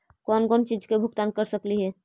कौन कौन चिज के भुगतान कर सकली हे?